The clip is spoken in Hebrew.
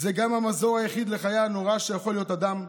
זה גם המזור היחיד לחיה הנוראה שיכול להיות אדם.